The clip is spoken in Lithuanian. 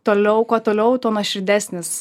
toliau kuo toliau tuo nuoširdesnis